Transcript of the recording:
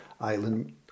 Island